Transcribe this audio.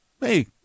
hey